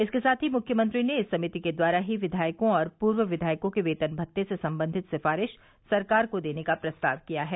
इसके साथ ही मुख्यमंत्री ने इस समिति के द्वारा ही क्विायकों और पूर्व विधायकों के वेतन भत्ते से संबंधित सिफारिश सरकार को देने का प्रस्ताव किया है